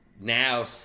now